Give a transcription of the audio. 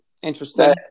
Interesting